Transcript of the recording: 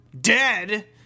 Dead